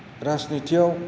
राजनिथिआव